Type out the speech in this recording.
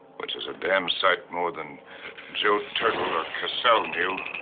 which is a damn sight more than joe turtle or caselle knew!